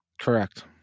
Correct